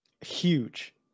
Huge